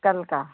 कल का